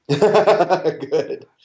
Good